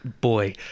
boy